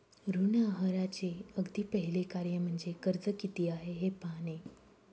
ऋण आहाराचे अगदी पहिले कार्य म्हणजे कर्ज किती आहे हे पाहणे